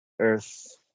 earth